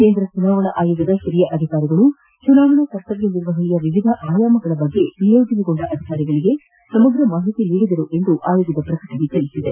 ಕೇಂದ್ರ ಚುನಾವಣಾ ಅಯೋಗದ ಹಿರಿಯ ಅಧಿಕಾರಿಗಳು ಚುನಾವಣಾ ಕರ್ತವ್ಯ ನಿರ್ವಹಣೆಯ ವಿವಿಧ ಆಯಾಮಗಳ ಕುರಿತು ನಿಯೋಜನೆಗೊಂಡ ಅಧಿಕಾರಿಗಳಿಗೆ ಸಮಗ್ರ ಮಾಹಿತಿ ನೀಡಿದರು ಎಂದು ಆಯೋಗದ ಪ್ರಕಟಣೆ ತಿಳಿಸಿದೆ